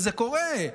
וזה קורה,